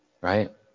Right